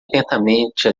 atentamente